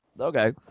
Okay